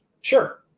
Sure